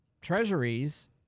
treasuries